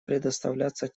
предоставляться